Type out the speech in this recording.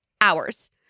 hours